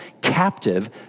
captive